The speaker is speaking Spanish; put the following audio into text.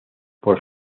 por